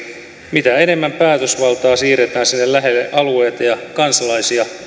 mitä enemmän päätösvaltaa siirretään sinne lähelle alueita ja kansalaisia